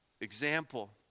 Example